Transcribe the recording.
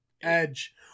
Edge